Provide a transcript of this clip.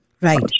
Right